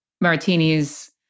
martinis